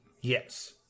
Yes